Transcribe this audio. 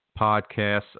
podcasts